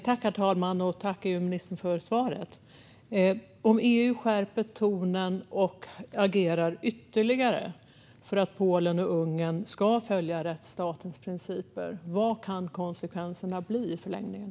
Herr talman! Tack, EU-ministern, för svaret! Om EU skärper tonen och agerar ytterligare för att Polen och Ungern ska följa rättsstatens principer - vad kan då konsekvenserna bli i förlängningen?